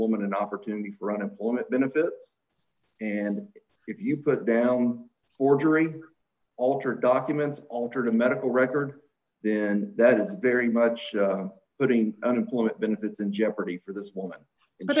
woman an opportunity for unemployment benefits and if you put down ordering altered documents altered a medical record then that is very much but in unemployment benefits in jeopardy for this woman but